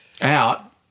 out